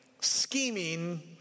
scheming